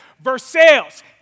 Versailles